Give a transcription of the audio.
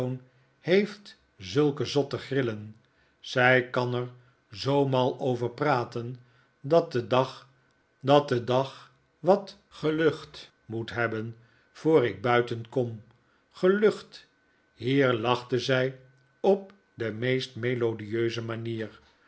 heeft zulke zotte grillen zij kan er zoo mal over praten dat de dag wat gelucht moet hebben voor ik buiten kom gelucht hier lachte zij op de meest melodieuse manier